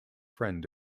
friend